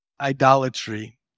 idolatry